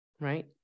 Right